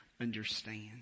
understand